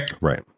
right